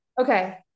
okay